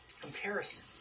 comparisons